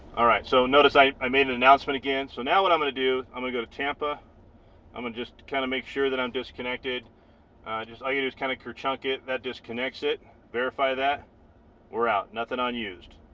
alright, so notice i i made an announcement again, so now what i'm gonna. do i'm gonna go to tampa i'm gonna just kind of make sure that i'm disconnected just how you just kind of kurchuk it that disconnects it verify that we're out nothing unused